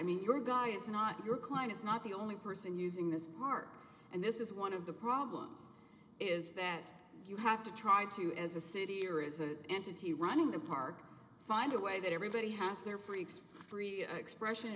mean your guy is not your client is not the only person using this mark and this is one of the problems is that you have to try to as a city or as a entity running the park find a way that everybody has their breaks free expression